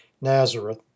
Nazareth